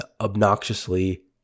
obnoxiously